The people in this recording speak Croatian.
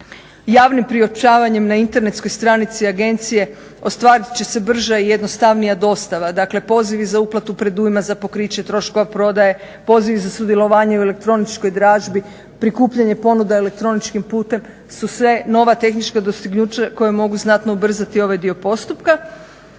Javnim priopćavanjem na internetskoj stranici agencije ostvarit će se brža i jednostavnija dostava, dakle pozivi za uplatu predujma za pokriće troškova prodaje, pozivi za sudjelovanje u elektroničkoj dražbi, prikupljanje ponuda elektroničkim putem su sve nova tehnička dostignuća koja mogu znatno ubrzati ovaj dio postupka.